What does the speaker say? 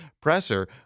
presser